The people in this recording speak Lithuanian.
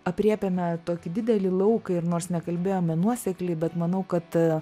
aprėpėme tokį didelį lauką ir nors nekalbėjome nuosekliai bet manau kad